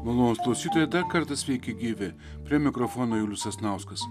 malonūs klausytojai dar kartą sveiki gyvi prie mikrofono julius sasnauskas